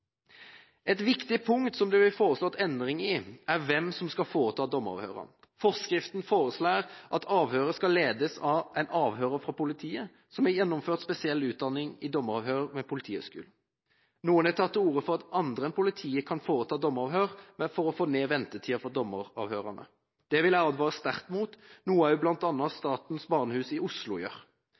Et viktig punkt som det blir foreslått endring i, er hvem som skal foreta dommeravhørene. I forskriften foreslås det at avhøret skal ledes av en avhører fra politiet som har gjennomført spesiell utdanning i dommeravhør ved Politihøgskolen. Noen har tatt til orde for at andre enn politiet kan foreta dommeravhør for å få ned ventetida for dommeravhørene. Det vil jeg advare sterkt mot, noe også bl.a. Statens barnehus i Oslo gjør.